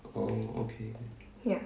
ya